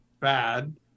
bad